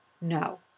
no